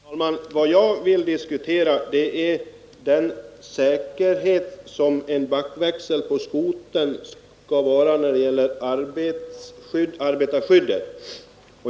Herr talman! Vad jag vill diskutera är den säkerhet som en backväxel för skoter innebär när det gäller arbetarskyddet.